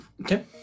Okay